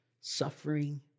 suffering